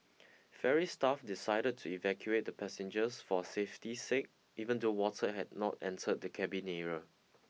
ferry staff decided to evacuate the passengers for safety's sake even though water had not entered the cabin area